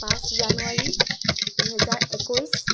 পাঁচ জানুৱাৰী দুহেজাৰ একৈছ